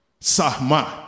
Sahma